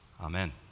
amen